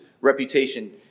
reputation